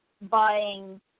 buying